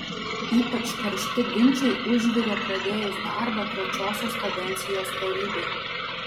ypač karšti ginčai užvirė pradėjus darbą trečiosios kadencijos tarybai